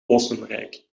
oostenrijk